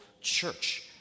church